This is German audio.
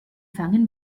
fangen